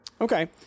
Okay